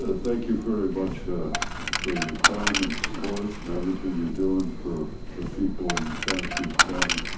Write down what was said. ah thank you very much for your time and support and everything you're doing for the people in santa cruz county.